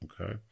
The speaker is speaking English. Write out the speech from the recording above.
okay